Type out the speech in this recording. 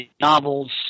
novels